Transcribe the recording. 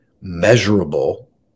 measurable